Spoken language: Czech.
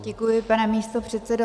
Děkuji, pane místopředsedo.